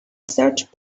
search